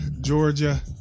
Georgia